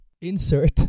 Insert